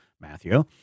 Matthew